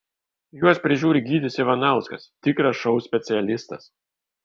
juos prižiūri gytis ivanauskas tikras šou specialistas